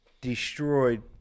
destroyed